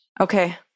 Okay